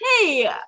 hey